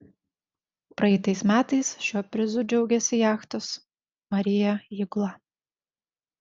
praeitais metais šiuo prizu džiaugėsi jachtos maria įgula